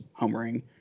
homering